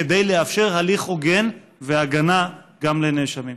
כדי לאפשר הליך והוגן והגנה גם לנאשמים.